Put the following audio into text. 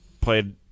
played –